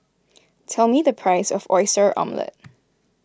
tell me the price of Oyster Omelette